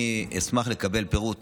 אני אשמח לקבל פירוט